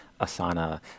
Asana